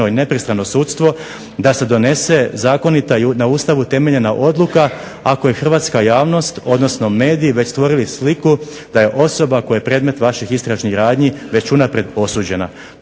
i nepristrano sudstvo, da se donese zakonita i na Ustavu temeljena odluka ako je hrvatska javnost odnosno mediji već stvorili sliku da je osoba koja je predmet vaših istražnih radnji već unaprijed osuđena.